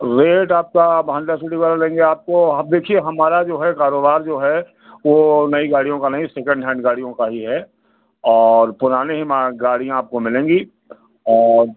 rate आपका आप Honda City वग़ैरह लेंगे आपको आप देखिए हमारा जो है कारोबार जो है वह नहीं गाड़ियों का नहीं सेकेंड हैन्ड गाड़ियों का ही है और पुराने ही गाड़ियाँ आपको मिलेंगी और